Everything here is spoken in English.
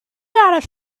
not